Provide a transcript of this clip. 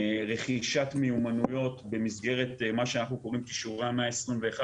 רכישת מיומנויות במסגרת מה שאנחנו קוראים 'שורה 121',